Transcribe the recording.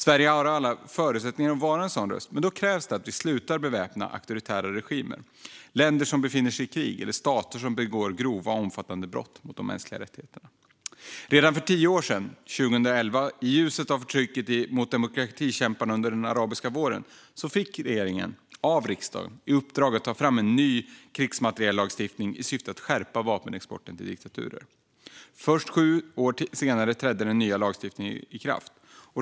Sverige har alla förutsättningar att vara en sådan röst, men då krävs det att vi slutar beväpna auktoritära regimer, länder som befinner sig i krig och stater som begår grova och omfattande brott mot de mänskliga rättigheterna. Redan för tio år sedan, 2011, i ljuset av förtrycket mot demokratikämparna under den arabiska våren, fick regeringen av riksdagen i uppdrag att ta fram en ny krigsmateriellagstiftning i syfte att skärpa vapenexporten till diktaturer. Först sju år senare trädde den nya lagstiftningen i kraft.